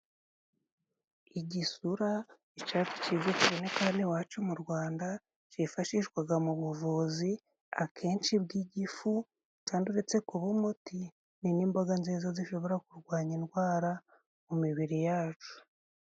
Igisura icatsi ciza kiboneka hano iwacu mu Rwanda cifashishwaga mu buvuzi, akenshi bw'igifu, kandi uretse kuba umuti, ni n'imboga nziza zishobora kurwanya indwara mu mibiri yacu.